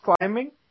climbing